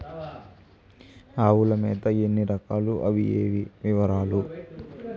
ఆవుల మేత ఎన్ని రకాలు? అవి ఏవి? వివరాలు?